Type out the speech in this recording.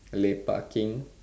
lepaking